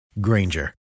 Granger